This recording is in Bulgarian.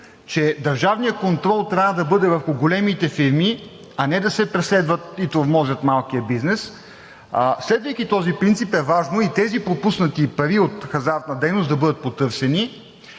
че държавният контрол трябва да бъде върху големите фирми, а не да се преследва и тормози малкия бизнес, следвайки този принцип, е важно и тези пропуснати пари от хазартна дейност да бъдат потърсени